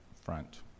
front